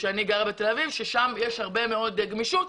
שם יש הרבה מאוד גמישות.